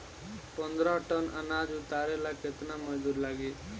पन्द्रह टन अनाज उतारे ला केतना मजदूर लागी?